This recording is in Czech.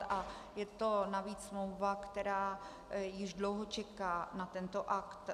A je to navíc smlouva, která již dlouho čeká na tento akt.